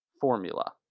Formula